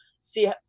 see